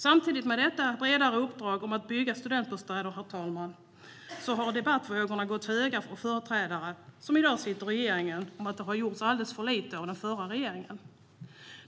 Samtidigt med detta bredare uppdrag att bygga studentbostäder har debattvågorna gått höga bland företrädare, som i dag sitter i regeringen, om att det har gjorts alldeles för lite av den förra regeringen.